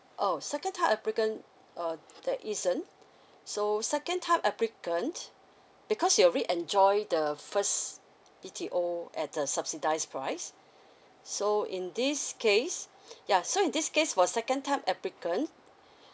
oh second time applicant uh there isn't so second time applicant because you already enjoy the first B_T_O at the subsidised price so in this case yeah so in this case for second time applicant